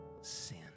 sin